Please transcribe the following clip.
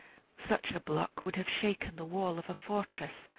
such a block would have shaken the wall of a fortress,